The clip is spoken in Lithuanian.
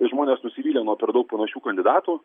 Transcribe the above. ir žmonės nusivylę nuo per daug panašių kandidatų